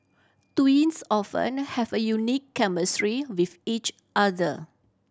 twins often have a unique chemistry with each other